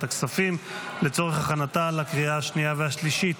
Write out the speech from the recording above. הכספים לצורך הכנתה לקריאה השנייה והשלישית.